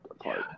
apart